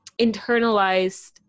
internalized